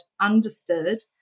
understood